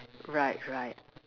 right right